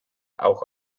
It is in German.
auch